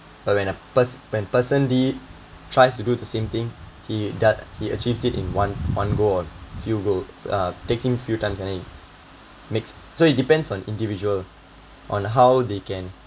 but when a per~ when person b tries to do the same thing he do~ he achieves it in one one go or few go uh taking few times only makes so it depends on individual on how they can